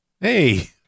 hey